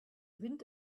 wind